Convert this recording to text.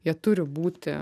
jie turi būti